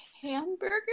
Hamburger